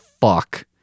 fuck